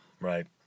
right